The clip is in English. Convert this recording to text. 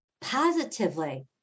positively